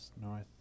North